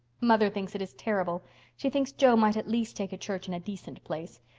mother thinks it is terrible she thinks jo might at least take a church in a decent place.